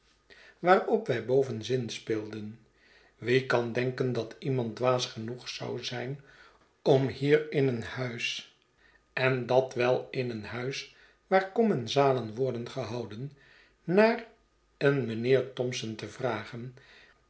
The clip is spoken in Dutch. waarop wij boven zinspeelden wie kan denken dat iemand dwaas genoeg zou zijn om hier in een huis en dat wel in een huis waar com mensalen worden gehouden naar een mijnheer thompson te vragen